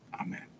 Amen